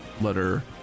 letter